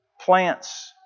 plants